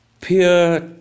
pure